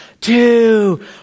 two